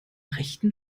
rechten